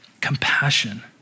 compassion